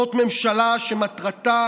זאת ממשלה שמטרתה